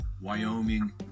Wyoming